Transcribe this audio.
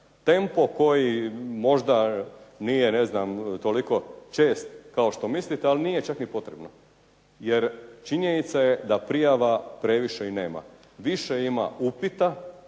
Tempo koji možda nije ne znam toliko čest kao što mislite ali nije čak ni potrebno jer činjenica je da prijava previše i nema. Više ima upita,